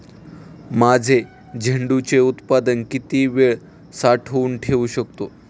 माझे झेंडूचे उत्पादन किती वेळ साठवून ठेवू शकतो?